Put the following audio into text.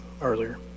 earlier